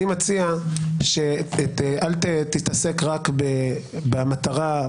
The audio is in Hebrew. אני מציע שלא תתעסק רק במטרה,